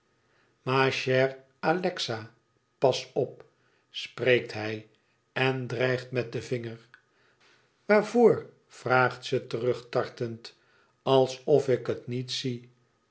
ma chère alexa pas op spreekt hij en dreigt met den vinger waarvoor vraagt ze terug tartend als of ik het niet zie